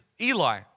Eli